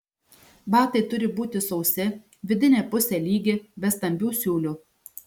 batai turi būti sausi vidinė pusė lygi be stambių siūlių